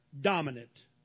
dominant